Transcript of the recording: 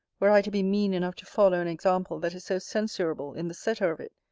were i to be mean enough to follow an example that is so censurable in the setter of it,